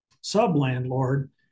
sub-landlord